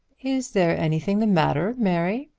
is there anything the matter, mary?